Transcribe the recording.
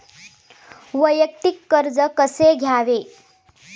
वैयक्तिक कर्ज कसे घ्यावे?